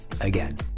again